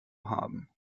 haben